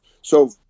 So-